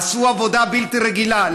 עשו עבודה בלתי רגילה.